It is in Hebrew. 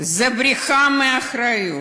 זה בריחה מאחריות,